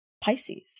Pisces